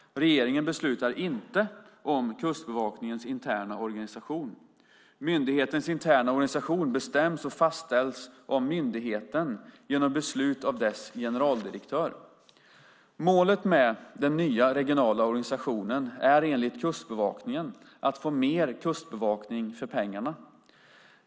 Regeringen beslutar inte om Kustbevakningens interna organisation. Myndighetens interna organisation bestäms och fastställs av myndigheten genom beslut av dess generaldirektör. Målet med den nya regionala organisationen är, enligt Kustbevakningen, att få mer kustbevakning för pengarna.